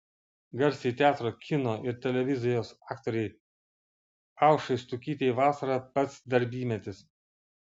garsiai teatro kino ir televizijos aktorei aušrai štukytei vasara pats darbymetis